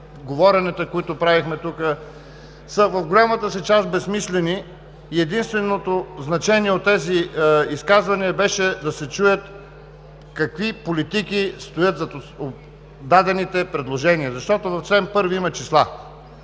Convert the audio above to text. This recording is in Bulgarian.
говоренията, които правихме тук, са в голямата си част безсмислени и единственото значение от тези изказвания беше да се чуят какви политики стоят зад дадените предложения, защото в чл. 1 има числа.